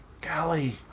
Golly